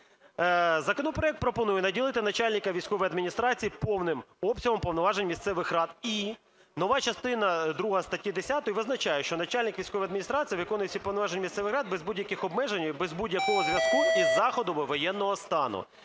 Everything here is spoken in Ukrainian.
законопроект пропонує наділити начальника військової адміністрації повним обсягом повноважень місцевих рад, і нова частина друга статті 10 визначає, що начальник військової адміністрації виконує всі повноваження місцевих рад без будь-яких обмежень, без будь-якого зв'язку із заходами воєнного стану.